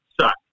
suck